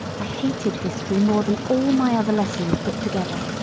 i hated history more than all my other lessons put together,